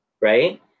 right